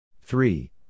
Three